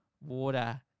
Water